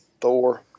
Thor